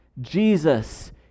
Jesus